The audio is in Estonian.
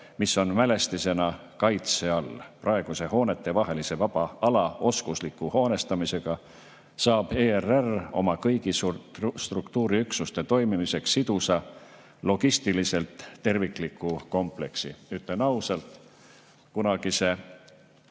mis on mälestisena kaitse all. Praeguse hoonete vahelise vaba ala oskusliku hoonestamisega saab ERR oma kõigi struktuuriüksuste toimimiseks sidusa logistiliselt tervikliku kompleksi. Ütlen ausalt, et kunagise